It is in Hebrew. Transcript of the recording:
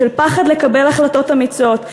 של פחד לקבל החלטות אמיצות,